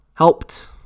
Helped